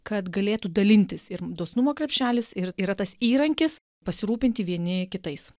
kad galėtų dalintis ir dosnumo krepšelis ir yra tas įrankis pasirūpinti vieni kitais